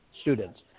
students